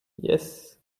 yes